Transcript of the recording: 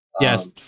Yes